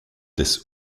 des